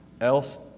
else